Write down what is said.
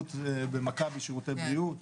לשירות במכבי שירותי בריאות,